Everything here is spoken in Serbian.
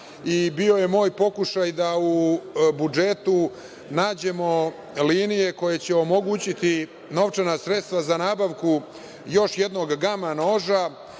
i bio je moj pokušaj da u budžetu nađemo linije koje će omogućiti novčana sredstva za nabavku još jednog gama noža,